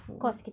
mm